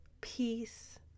peace